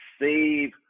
Save